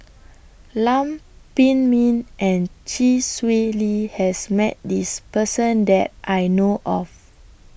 Lam Pin Min and Chee Swee Lee has Met This Person that I know of